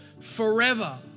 forever